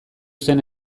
zen